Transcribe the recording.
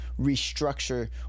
restructure